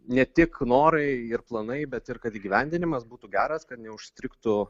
ne tik norai ir planai bet ir kad įgyvendinimas būtų geras kad neužstrigtų